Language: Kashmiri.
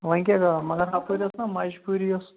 وۅنۍ کیٛاہ کرو مگر ہُپٲرۍ ٲس نا مَجبوٗری ٲس